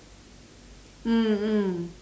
mm mm